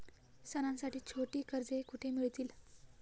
सणांसाठी छोटी कर्जे कुठे मिळतील?